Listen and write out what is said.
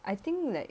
I think like